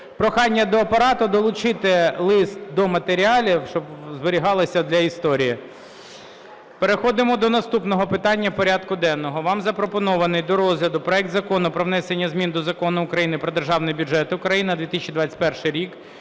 Прохання до Апарату долучити лист до матеріалів, щоб зберігалось для історії. Переходимо до наступного питання порядку денного. Вам запропонований до розгляду проект Закону про внесення змін до Закону України "Про Державний бюджет України на 2021 рік"